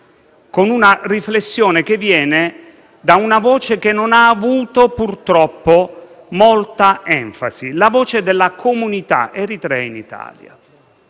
con una riflessione che viene da una voce che non ha avuto, purtroppo, molta enfasi: la voce della comunità Eritrea in Italia.